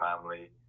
family